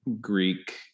Greek